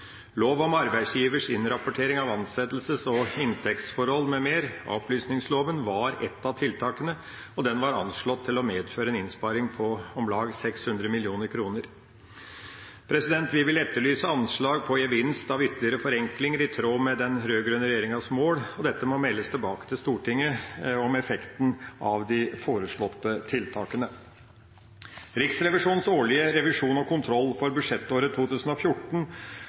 Lov om arbeidsgivers innrapportering av ansettelses- og inntektsforhold m.m., a-opplysningsloven, var ett av tiltakene, og den var anslått å medføre en innsparing på om lag 600 mill. kr. Vi vil etterlyse anslag på gevinst av ytterligere forenklinger i tråd med den rød-grønne regjeringas mål. Det må meldes tilbake til Stortinget om effekten av de foreslåtte tiltakene. I Riksrevisjonens rapport om den årlige revisjon og kontroll for budsjettåret 2014,